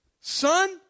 Son